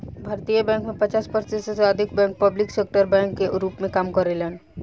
भारतीय बैंक में पचास प्रतिशत से अधिक बैंक पब्लिक सेक्टर बैंक के रूप में काम करेलेन